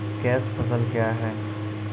Cash फसल क्या हैं?